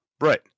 Right